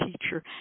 teacher